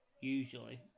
usually